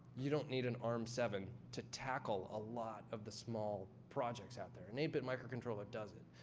you don't need an arm seven to tackle a lot of the small projects out there an eight bit microcontroller does it.